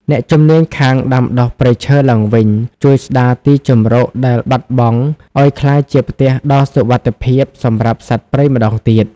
អ្នកជំនាញខាងដាំដុះព្រៃឈើឡើងវិញ ជួយស្តារទីជម្រកដែលបាត់បង់ឱ្យក្លាយជាផ្ទះដ៏សុវត្ថិភាពសម្រាប់សត្វព្រៃម្តងទៀត។